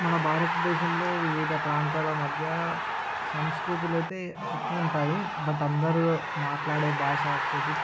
మన భారత దేశంలో వివిధ ప్రాంతాల మధ్య సంస్కృతులైతే ఎక్కువ ఉంటాయి బట్ అందరు మాట్లాడే భాష వచ్చేసి